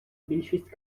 більшість